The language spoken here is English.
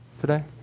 today